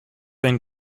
then